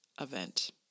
event